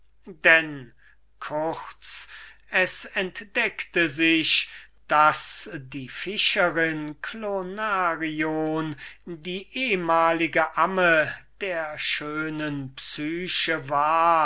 freude kurz es entdeckte sich daß die fischerin clonarion die amme der schönen psyche war